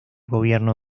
gobierno